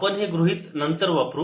आपण हे गृहीत नंतर वापरू